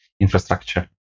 infrastructure